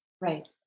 Right